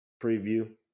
preview